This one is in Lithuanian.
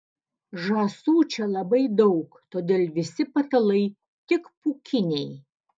žąsų čia labai daug todėl visi patalai tik pūkiniai